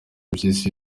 mpyisi